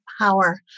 Power